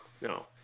No